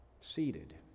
Seated